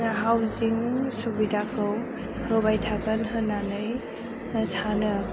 housing सुबिदाखौ होबाय थागोन होननानै सानो